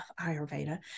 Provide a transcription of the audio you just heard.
Ayurveda